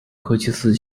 科奇斯